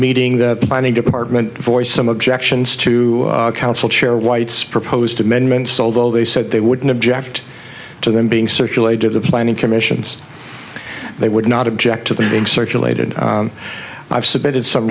meeting the binding department voiced some objections to council chair white's proposed amendments although they said they wouldn't object to them being circulated the planning commissions they would not object to them being circulated i've submitted some